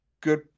good